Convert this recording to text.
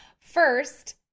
First